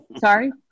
Sorry